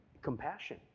Compassion